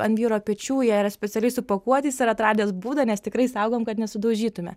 ant vyro pečių jie yra specialiai supakuoti jis yra atradęs būdą nes tikrai saugom kad nesudaužytume